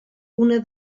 una